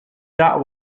that